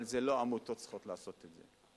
אבל לא העמותות צריכות לעשות את זה,